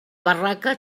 barraca